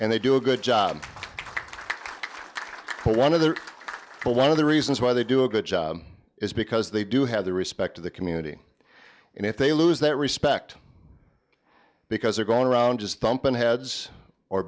and they do a good job one of the one of the reasons why they do a good job is because they do have the respect of the community and if they lose that respect because they're going around just dumping heads or